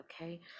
Okay